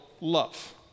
love